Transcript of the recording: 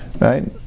right